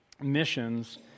missions